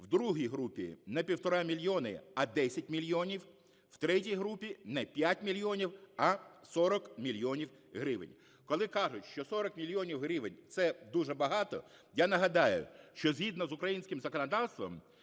в другій групі – не півтора мільйона, а 10 мільйонів. В третій групі – не 5 мільйонів, а 40 мільйонів гривень. Коли кажуть, що 40 мільйонів гривень – це дуже багато, я нагадаю, що згідно з українським законодавством